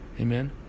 Amen